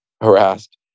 harassed